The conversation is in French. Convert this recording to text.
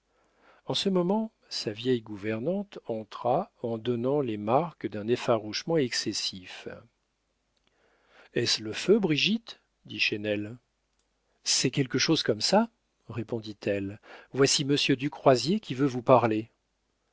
en ce moment sa vieille gouvernante entra en donnant les marques d'un effarouchement excessif est-ce le feu brigitte dit chesnel c'est quelque chose comme ça répondit-elle voici monsieur du croisier qui veut vous parler